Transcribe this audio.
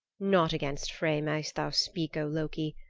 not against frey mayst thou speak, o loki.